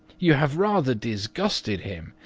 you have rather disgusted him,